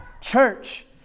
Church